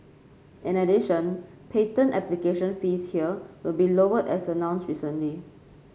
in addition patent application fees here will be lowered as announced recently